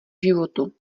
životu